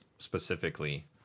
specifically